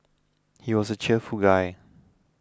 he was a cheerful guy